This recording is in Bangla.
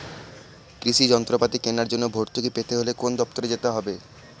কৃষি যন্ত্রপাতি কেনার জন্য ভর্তুকি পেতে হলে কোন দপ্তরে যেতে হবে?